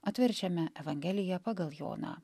atverčiame evangeliją pagal joną